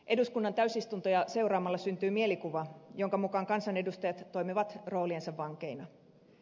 eduskunnan täysistuntoja seuraamalla syntyy mielikuva jonka mukaan kansanedustajat toimivat rooliensa vankeina